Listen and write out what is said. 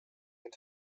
and